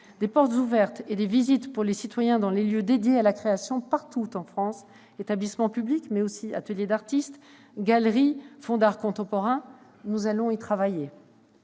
portes ouvertes et de visites pour les citoyens dans des lieux dédiés à la création partout en France : établissements publics, mais aussi ateliers d'artiste, galeries, fonds d'art contemporain. Nous allons y travailler.